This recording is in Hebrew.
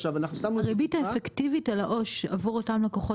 הריבית האפקטיבית על העו"ש עבור אותם לקוחות